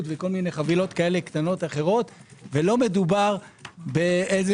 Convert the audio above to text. וכל מיני חבילות קטנות אחרות ולא מדובר במכולה.